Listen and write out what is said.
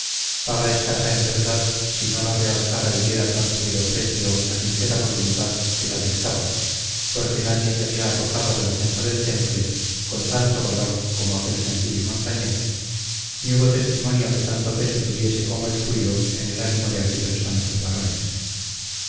paga escasa en verdad si no la realzara y diera tan subido precio la sincera voluntad que la dictaba porque nadie se había arrojado a la defensa del temple con tanto valor como aquel sencillo montañés ni hubo testimonio que tanto peso tuviese como el suyo en el ánimo de aquellos santos varones